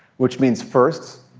which means first,